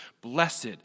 blessed